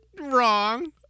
wrong